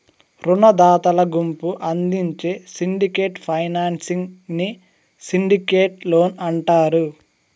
రునదాతల గుంపు అందించే సిండికేట్ ఫైనాన్సింగ్ ని సిండికేట్ లోన్ అంటారు